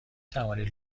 توانید